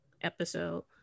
episode